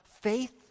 faith